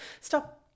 stop